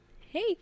Hey